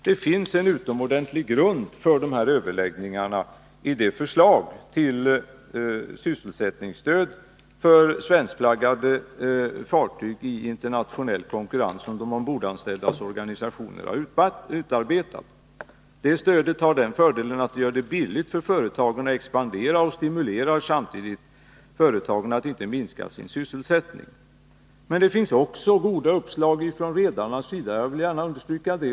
Det finns en utomordentligt bra grund för de här överläggningarna i det förslag till sysselsättningsstöd för svenskflaggade fartyg i internationell konkurrens som de ombordanställdas organisationer har utarbetat. Det stödet har den fördelen att det gör det billigt för företagen att expandera, och det stimulerar samtidigt företagen till att inte minska sin sysselsättning. Det finns också goda uppslag från redarnas sida — jag vill gärna understryka det.